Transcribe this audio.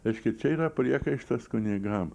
reiškia čia yra priekaištas kunigam